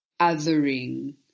othering